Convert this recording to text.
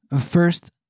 First